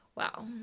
Wow